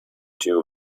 two